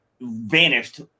vanished